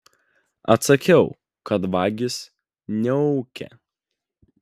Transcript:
atsakiau kad vagys neūkia